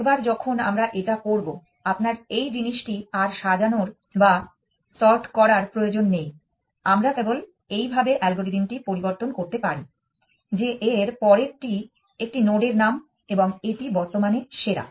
একবার যখন আমরা এটা করব আপনার এই জিনিসটি আর সাজানোর বা সর্ট করার প্রয়োজন নেই আমরা কেবল এইভাবে অ্যালগরিদম টি পরিবর্তন করতে পারি যে এর পরেরটি একটি নোডের নাম এবং এটি বর্তমানে সেরা